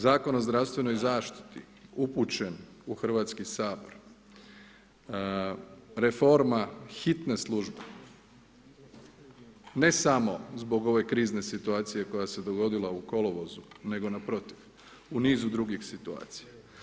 Zakon o zdravstvenoj zaštiti upućen u Hrvatski sabor, reforma hitne službe, ne samo zbog ove krizne situacije koja se dogodila u kolovozu, nego naprotiv, u nizu drugih situacija.